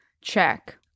check